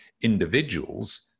Individuals